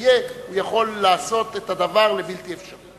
יהיה יכול לעשות את הדבר לבלתי אפשרי.